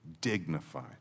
dignified